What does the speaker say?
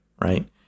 Right